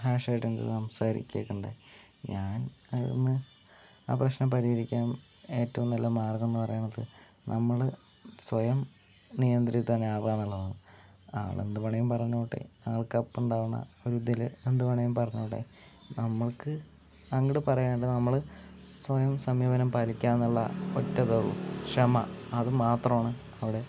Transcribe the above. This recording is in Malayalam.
ഹാർഷായിട്ട് എന്ത് സംസാരിക്കുകയൊക്കെ ഉണ്ടായി ഞാൻ അതിന് ആ പ്രശ്നം പരിഹരിക്കാൻ ഏറ്റവും നല്ല മാർഗ്ഗം എന്നു പറയണത് നമ്മള് സ്വയം നിയന്ത്രിതനാവുക എന്നുള്ളതാണ് ആളെന്തു വേണമെങ്കിലും പറഞ്ഞോട്ടെ ആൾക്കൊപ്പം ഉണ്ടാകണ ഒരിതിൽ എന്തു വേണമെങ്കിലും പറഞ്ഞോട്ടെ നമ്മൾക്ക് അങ്ങോട്ട് പറയാനുള്ളത് നമ്മൾ സ്വയം സംയമനം പാലിക്കുക എന്നുള്ളതാണ് ഒറ്റ ഇതെ ഉള്ളൂ ക്ഷമ അത് മാത്രമാണ് അവിടെ